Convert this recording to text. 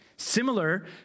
Similar